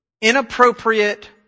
inappropriate